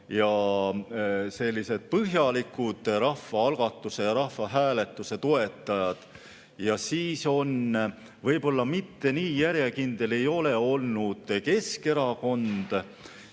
ja sellised põhjalikud rahvaalgatuse ja rahvahääletuse toetajad. Ja siis võib-olla mitte nii järjekindel ei ole olnud Keskerakond.